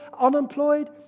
unemployed